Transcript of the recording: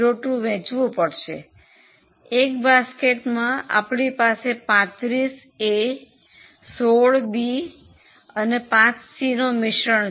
02 વેચવું પડશે એક બાસ્કેટમાં આપણી પાસે 35 એ 16 બી અને 5 સી નો મિશ્રણ છે